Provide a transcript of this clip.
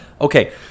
Okay